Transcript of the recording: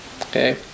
Okay